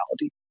reality